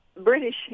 British